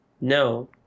No